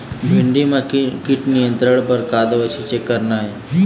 भिंडी म कीट नियंत्रण बर का दवा के छींचे करना ये?